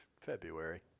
February